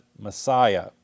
Messiah